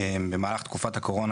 במהלך תקופת הקורונה,